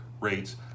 rates